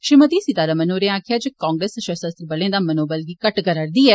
श्रीमती सीतामन होरें आक्खेआ जे कांग्रेस सशस्त्रबलें दा मनोबल गी घट्ट करै'रदी ऐ